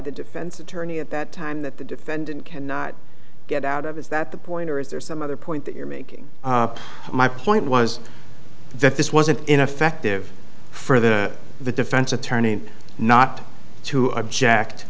the defense attorney at that time that the defendant cannot get out of is that the point or is there some other point that you're making my point was that this was an ineffective for the the defense attorney not to object